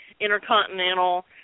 intercontinental